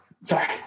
Sorry